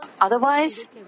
Otherwise